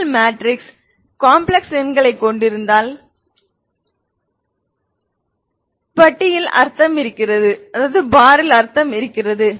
உங்கள் மேட்ரிக்ஸ் சிக்கலான எண்களைக் கொண்டிருந்தால் பட்டியில் அர்த்தம் இருக்கிறது